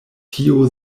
tio